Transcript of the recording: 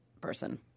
person